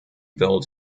built